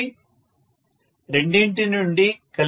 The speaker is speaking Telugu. ప్రొఫెసర్ రెండింటి నుండి కలిసి